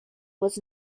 was